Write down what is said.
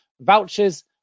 vouchers